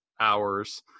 hours